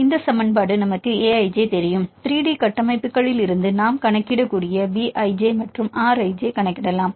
இந்த சமன்பாடு நமக்கு A i j தெரியும் 3D கட்டமைப்புகளிலிருந்து நாம் கணக்கிடக்கூடிய B i j மற்றும் R i j ஐ கணக்கிடலாம்